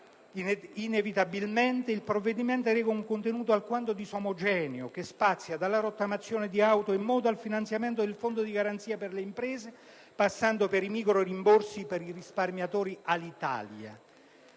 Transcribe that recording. inevitabilmente, che il provvedimento reca un contenuto alquanto disomogeneo, che spazia dalla rottamazione di auto e moto al finanziamento del fondo di garanzia per le imprese, passando per i microrimborsi per i risparmiatori Alitalia.